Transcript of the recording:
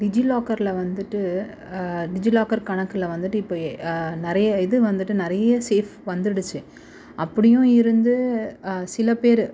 டிஜி லாக்கரரில் வந்துட்டு DigiLocker கணக்கில் வந்துட்டு இப்போ நிறைய இது வந்துட்டு நிறைய சேஃப் வந்துடுச்சு அப்படியும் இருந்து சில பேரு